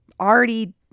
already